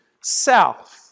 south